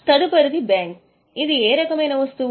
తదుపరిది బ్యాంక్ ఇది ఏ రకమైన వస్తువు